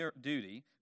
duty